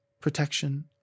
protection